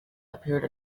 appeared